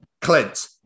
Clint